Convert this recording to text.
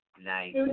Nice